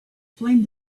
flame